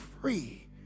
free